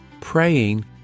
Praying